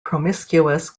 promiscuous